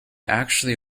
actually